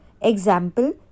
Example